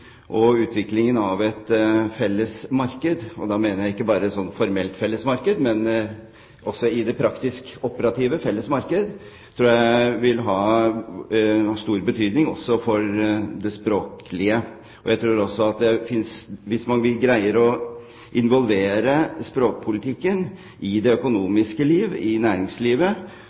og innenfor næringsliv er en stadig mer skandinavisk/nordisk tenkning. En utvikling av et felles marked – da mener jeg ikke bare et formelt felles marked, men også et praktisk operativt felles marked – tror jeg vil ha stor betydning for det språklige. Hvis vi greier å involvere språkpolitikken i det økonomiske liv, i næringslivet,